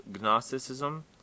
Gnosticism